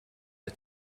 the